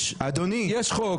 יש חוק.